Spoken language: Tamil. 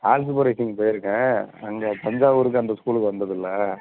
ஹால் சூப்பர்வைசிங் போயிருக்கேன் அங்கே தஞ்சாவூருக்கு அந்த ஸ்கூலுக்கு வந்ததில்லை